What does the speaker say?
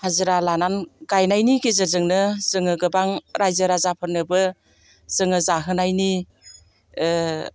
हाजिरा लानानै गायनायनि गेजेरजोंनो जोङो गोबां राइजो राजाफोरनोबो जोङो जाहोनायनि